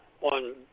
one